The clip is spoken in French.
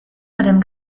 madame